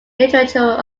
literature